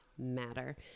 matter